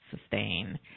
sustain